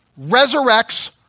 resurrects